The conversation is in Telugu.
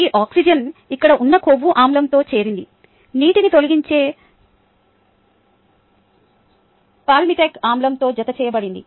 ఈ ఆక్సిజన్ ఇక్కడ ఉన్న కొవ్వు ఆమ్లంతో చేరింది నీటిని తొలగించే పాల్మిటిక్ ఆమ్లంతో జతచేయబడింది